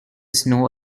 snow